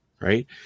right